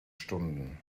stunden